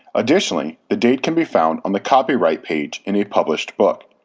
additionally, the date can be found on the copyright page in a published book.